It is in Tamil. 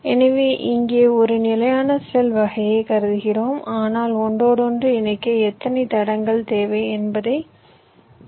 எனவே இங்கே ஒரு நிலையான செல் வகையை கருதுகிறோம் ஆனால் ஒன்றோடொன்று இணைக்க எத்தனை தடங்கள் தேவை என்பதை கணக்கிடுகிறோம்